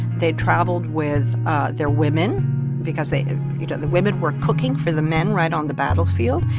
they traveled with their women because they you know, the women were cooking for the men right on the battlefield.